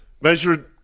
measured